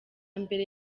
mbere